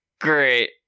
great